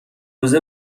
روزه